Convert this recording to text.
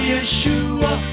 Yeshua